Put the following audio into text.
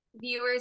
viewers